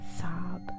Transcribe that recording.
sob